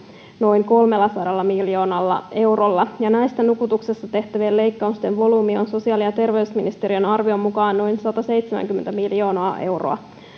noin kolmellasadalla miljoonalla eurolla näistä nukutuksessa tehtävien leikkausten volyymi on sosiaali ja terveysministeriön arvion mukaan noin sataseitsemänkymmentä miljoonaa euroa